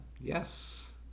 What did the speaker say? Yes